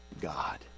God